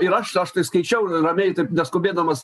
ir aš aš tai skaičiau ramiai taip neskubėdamas